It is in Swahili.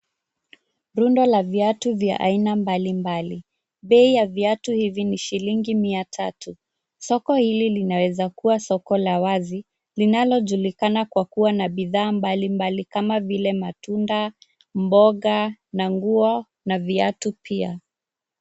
Rundo la viatu vya aina mbali mbali. Bei ya viatu hivi ni shilingi mia tatu. Soko hili inaweza kuwa soko la wazi linalojulikana kwa kuwa na bidhaa mbali mbali kama vile matunda, mboga na nguo na viatu pia.